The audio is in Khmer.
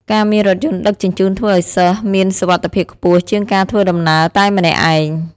ការមានរថយន្តដឹកជញ្ជូនធ្វើឱ្យសិស្សមានសុវត្ថិភាពខ្ពស់ជាងការធ្វើដំណើរតែម្នាក់ឯង។